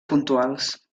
puntuals